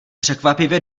překvapivě